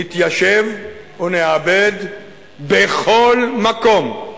נתיישב ונעבד בכל מקום,